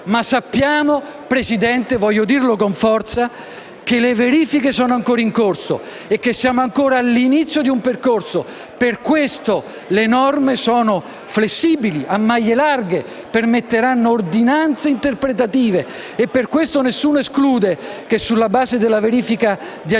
signor Presidente - e voglio dirlo con forza - che le verifiche sono ancora in corso e che siamo ancora all'inizio di un percorso. Per questo le norme sono flessibili, a maglie larghe e permetteranno ordinanze interpretative. Per questo nessuno esclude che, sulla base della verifica di agibilità